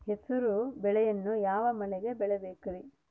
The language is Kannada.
ಹೆಸರುಬೇಳೆಯನ್ನು ಯಾವ ಮಳೆಗೆ ಬೆಳಿಬೇಕ್ರಿ?